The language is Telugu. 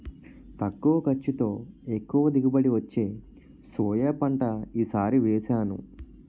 తక్కువ ఖర్చుతో, ఎక్కువ దిగుబడి వచ్చే సోయా పంట ఈ సారి వేసాను